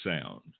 sound